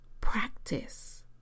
practice